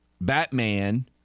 Batman –